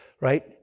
right